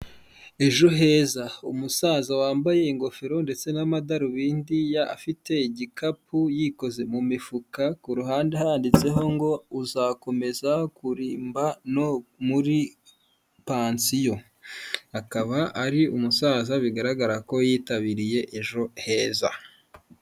Ejo heza. Umusaza wambaye ingofero ndetse n'amadarubindi, afite igikapu yikoze mu mifuka. Ku ruhande handitseho ngo uzakomeza kurimba no muri pansiyo, akaba ari umusaza bigaragara ko yitabiriye ejo heza.